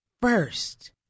first